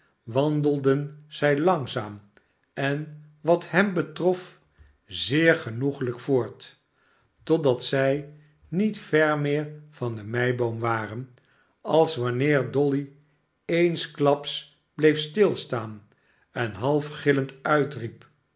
wandelden zij langzaam en wat hem betrof zeer genoeglijk voort totdat zij niet ver meer van de meiboom waren als wanneer dolly eensklaps bleef stilstaan en half gillend uitriep